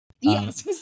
Yes